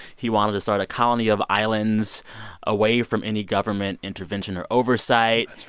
he wanted to start a colony of islands away from any government intervention or oversight.